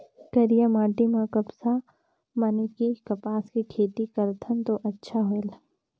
करिया माटी म कपसा माने कि कपास के खेती करथन तो अच्छा होयल?